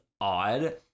odd